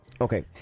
Okay